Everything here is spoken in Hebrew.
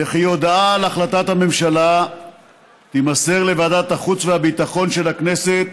וכי הודעה על החלטת הממשלה תימסר לוועדת החוץ והביטחון של הכנסת